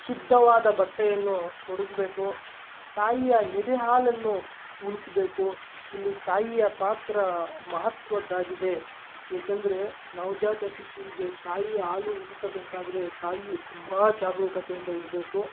ಶುದ್ಧವಾದ ಬಟ್ಟೆಯನ್ನು ತೊಡಿಸ್ಬೇಕು ತಾಯಿಯ ಎದೆಹಾಲನ್ನು ಉಣಿಸಬೇಕು ಇಲ್ಲಿ ತಾಯಿಯ ಪಾತ್ರ ಮಹತ್ವದ್ದಾಗಿದೆ ಏಕೆಂದರೆ ನವಜಾತ ಶಿಶುವಿಗೆ ತಾಯಿ ಹಾಲು ಉಣಿಸಬೇಕಾದರೆ ತಾಯಿಯು ತುಂಬ ಜಾಗರೂಕತೆಯಿಂದ ಇರಬೇಕು